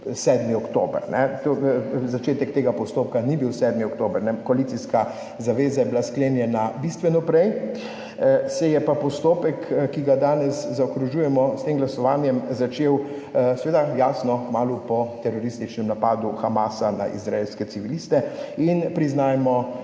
7. oktober, začetek tega postopka ni bil 7. oktober, koalicijska zaveza je bila sklenjena bistveno prej. Se je pa postopek, ki ga danes zaokrožujemo s tem glasovanjem, začel seveda jasno kmalu po terorističnem napadu Hamasa na izraelske civiliste in, priznajmo,